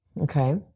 Okay